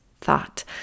thought